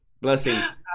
Blessings